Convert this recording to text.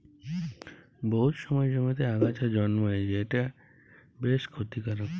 বহুত সময় জমিতে আগাছা জল্মায় যেট বেশ খ্যতিকারক